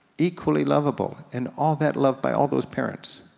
equally lovable, and all that love by all those parents.